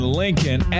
lincoln